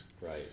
Right